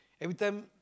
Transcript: every time